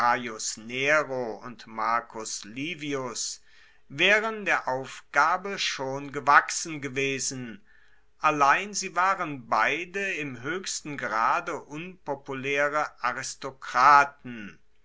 und marcus livius waeren der aufgabe schon gewachsen gewesen allein sie waren beide im hoechsten grade unpopulaere aristokraten